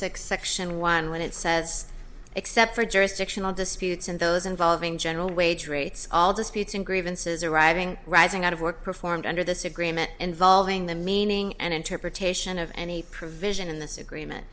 six section one when it says except for jurisdictional disputes and those involving general wage rates all disputes and grievances arriving rising out of work performed under this agreement involving the meaning and interpretation of any provision in this agreement